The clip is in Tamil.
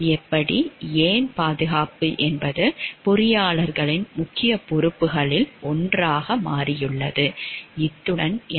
எப்படி ஏன் பாதுகாப்பு என்பது பொறியாளர்களின் முக்கியப் பொறுப்புகளில் ஒன்றாக மாறியுள்ளது